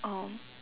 um